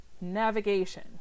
navigation